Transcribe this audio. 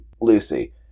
Lucy